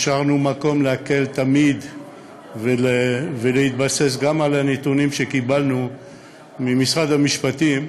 השארנו מקום להקל תמיד ולהתבסס גם על הנתונים שקיבלנו ממשרד המשפטים,